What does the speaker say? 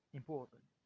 important